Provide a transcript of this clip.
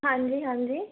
ਹਾਂਜੀ ਹਾਂਜੀ